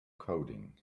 coding